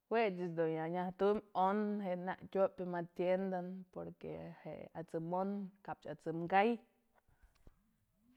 Jue ëch da'a dun ya nyëjtum on je'e nak tyopë ma tienda porque je'e at'sëm on, kap at'sëm ka'ay.